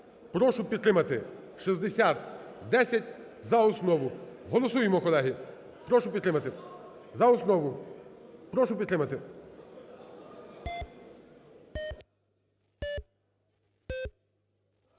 прошу підтримати 6010 за основу. Голосуємо, колеги. Прошу підтримати. За основу, прошу підтримати.